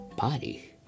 body